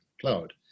cloud